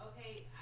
Okay